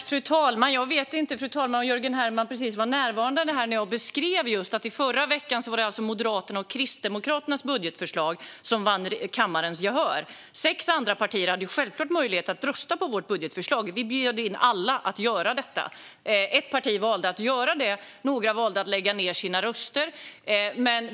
Fru talman! Jag vet inte om Jörgen Hellman verkligen var närvarande när jag just beskrev att i förra veckan var det alltså Moderaternas och Kristdemokraternas budgetförslag som vann kammarens gehör. Sex andra partier hade självklart möjlighet att rösta på vårt budgetförslag - vi bjöd in alla att göra det. Ett parti valde att göra det, och några valde att lägga ned sina röster.